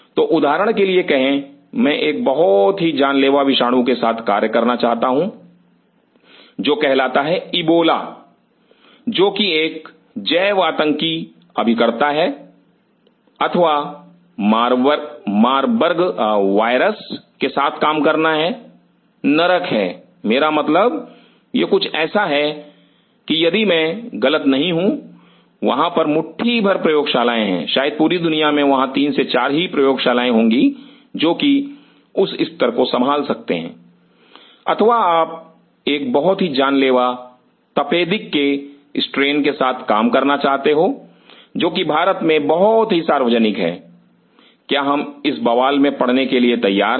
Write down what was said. तो उदाहरण के लिए कहे मैं एक बहुत ही जानलेवा विषाणु के साथ कार्य करना चाह रहा हूं जो कहलाता है इबोला जो कि एक जैवआतंकी अभिकर्ता है अथवा मारबर्ग वायरस के साथ काम करना नर्क है मेरा मतलब यह कुछ ऐसा है यदि मैं गलत नहीं हूं वहां पर मुट्ठी भर प्रयोगशाला हैं शायद पूरी दुनिया में वहां तीन से चार प्रयोगशाला ही होंगी जो कि उस स्तर को संभाल सकते हैं अथवा आप एक बहुत ही जानलेवा तपेदिक के स्ट्रेन के साथ काम करना चाहते हो जो कि भारत में बहुत ही सार्वजनिक है क्या हम इस बवाल में पढ़ने के लिए तैयार हैं